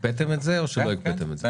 הקפאתם את זה או שלא הקפאתם את זה?